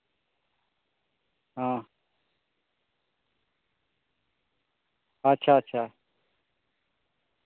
ᱦᱚᱸ ᱟᱪᱪᱷᱟ ᱟᱪᱪᱷᱟ